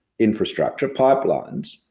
infrastructure, pipelines,